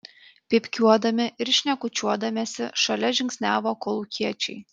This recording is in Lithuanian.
pypkiuodami ir šnekučiuodamiesi šalia žingsniavo kolūkiečiai